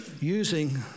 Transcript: using